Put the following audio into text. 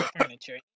furniture